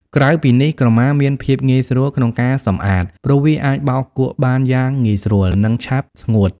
ក្រៅពីនេះ ក្រមាមាន ភាពងាយស្រួលក្នុងការសម្អាត ព្រោះវាអាចបោកគក់បានយ៉ាងងាយស្រួល និងឆាប់ស្ងួត។